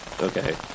Okay